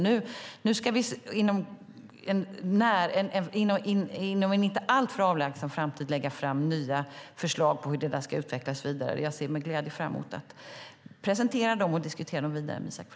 Nu ska vi inom en inte alltför avlägsen framtid lägga fram nya förslag på hur det ska utvecklas vidare. Jag ser med glädje fram emot att presentera dem och diskutera vidare med Isak From.